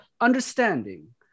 understanding